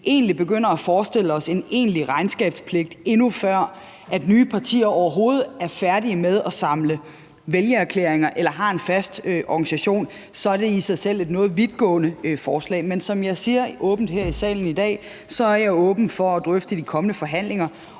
hvis vi begynder at forestille os en egentlig regnskabspligt, endnu før nye partier overhovedet er færdige med at samle vælgererklæringer eller har en fast organisation, så er det i sig selv et noget vidtgående forslag. Men som jeg siger åbent her i salen i dag, er jeg åben for at drøfte ved de kommende forhandlinger,